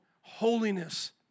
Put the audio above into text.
holiness